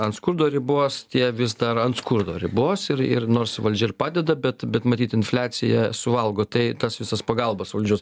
ant skurdo ribos tie vis dar ant skurdo ribos ir ir nors valdžia ir padeda bet bet matyt infliacija suvalgo tai tas visas pagalbas valdžios